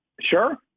Sure